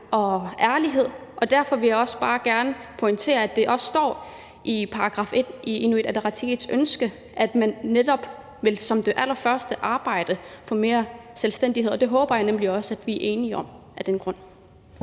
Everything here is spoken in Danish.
og ærlighed, og derfor vil jeg også bare gerne pointere, at der står i § 1 i Inuit Ataqatigiits ønske, at man netop som det allerførste vil arbejde for mere selvstændighed, og det håber jeg nemlig også vi er enige om af den grund.